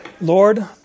Lord